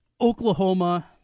Oklahoma